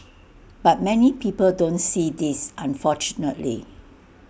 but many people don't see this unfortunately